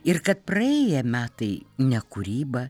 ir kad praėję metai ne kūryba